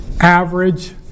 average